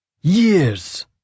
Years